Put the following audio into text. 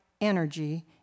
energy